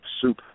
soup